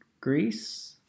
greece